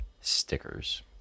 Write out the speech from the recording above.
Stickers